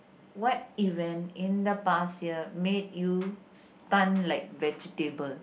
what even in the past year made you stunned like vegetable